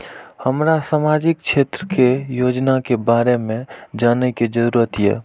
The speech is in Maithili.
हमरा सामाजिक क्षेत्र के योजना के बारे में जानय के जरुरत ये?